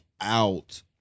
out